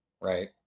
right